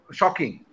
shocking